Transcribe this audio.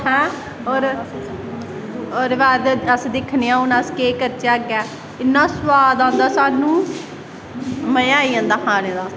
हैं और ओह्दे बाद दिक्खनें आं अस केह् करचै इन्ना सोआद आंदा स्हानू मजा आई जंदा खाने दा